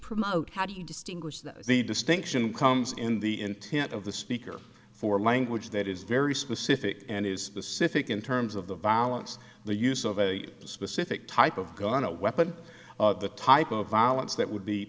promote how do you distinguish the distinction comes in the intent of the speaker for language that is very specific and is the significant terms of the violence the use of a specific type of guy on a weapon the type of violence that would be